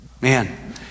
Man